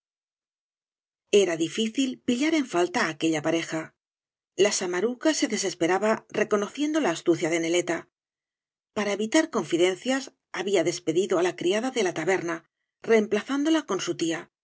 era difícil pillar en falta á aquella pareja la samaruca se desesperaba reconociendo la astucia de neleta para evitar confidencias había despedido á la criada de la taberna reemplazándola con su tía